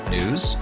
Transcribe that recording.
News